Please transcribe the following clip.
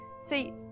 see